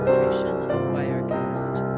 wirecast